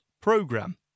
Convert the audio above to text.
program